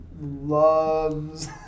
loves